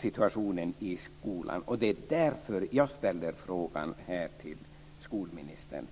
situationen i skolan, och det är därför jag ställer mina frågor här till skolministern.